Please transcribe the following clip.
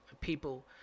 People